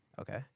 Okay